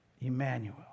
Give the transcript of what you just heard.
Emmanuel